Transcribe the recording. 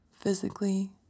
physically